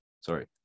sorry